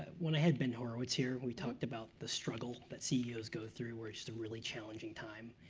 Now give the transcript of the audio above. when i had ben horowitz here, we talked about the struggle that ceos go through where it's just a really challenging time,